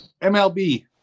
MLB